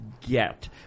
get